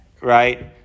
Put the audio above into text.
right